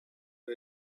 her